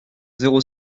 zéro